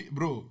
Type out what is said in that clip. Bro